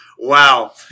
Wow